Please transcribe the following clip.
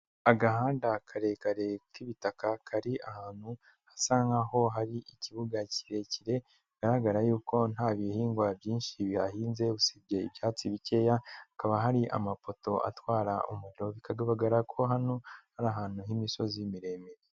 Agahanda karekare k'ibitaka kari ahantu hasa nkaho hari ikibuga kirekire, bigaragara yuko nta bihingwa byinshi bihahinze usibye ibyatsi bikeya, hakaba hari amapoto atwara umuriro, bikagaragara ko hano ari ahantu h'imisozi miremire.